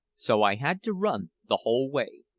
so i had to run the whole way.